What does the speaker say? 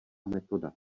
metoda